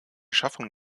schaffung